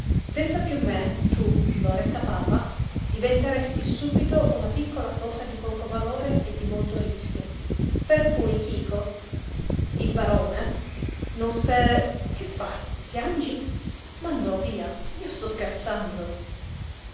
senza piú me tu loretta papa diventeresti subito una piccola cosa di poco valore e di molto rischio per cui chico il barone non spen che fai piangi ma no via io sto scherzando